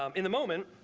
um in the moment.